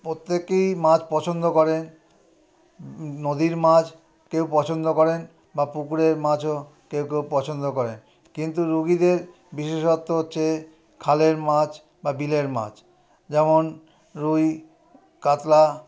প্রত্যেকেই মাছ পছন্দ করে নদীর মাছ কেউ পছন্দ করেন বা পুকুরের মাছও কেউ কেউ পছন্দ করেন কিন্তু রোগীদের বিশেষত্ব হচ্ছে খালের মাছ বা বিলের মাছ যেমন রুই কাতলা